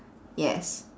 yes